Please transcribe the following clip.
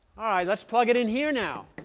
let's plug it in here now.